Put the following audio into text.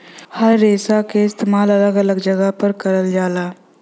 हर रेसा क इस्तेमाल अलग अलग जगह पर करल जाला